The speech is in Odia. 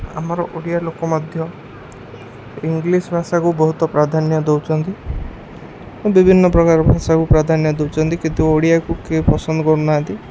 ଆମର ଓଡ଼ିଆ ଲୋକ ମଧ୍ୟ ଇଂଲିଶ ଭାଷାକୁ ବହୁତ ପ୍ରାଧାନ୍ୟ ଦେଉଛନ୍ତି ବିଭିନ୍ନ ପ୍ରକାର ଭାଷାକୁ ପ୍ରାଧାନ୍ୟ ଦେଉଛନ୍ତି କିନ୍ତୁ ଓଡ଼ିଆକୁ କେହି ପସନ୍ଦ କରୁନାହାନ୍ତି